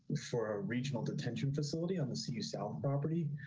for a regional detention facility on the see you sell property.